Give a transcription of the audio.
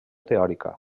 teòrica